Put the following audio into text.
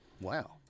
Wow